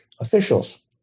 officials